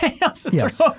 Yes